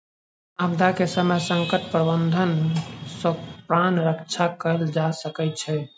आपदा के समय संकट प्रबंधन सॅ प्राण रक्षा कयल जा सकै छै